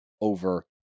over